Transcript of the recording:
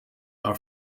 are